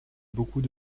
beaucoup